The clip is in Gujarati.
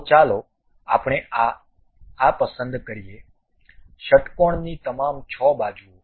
તો ચાલો આપણે આ આ પસંદ કરીએ ષટ્કોણની તમામ 6 બાજુઓ